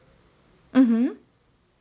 mmhmm